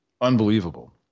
unbelievable